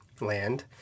Land